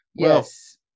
Yes